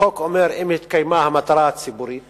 החוק אומר: אם התקיימה המטרה הציבורית